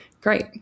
Great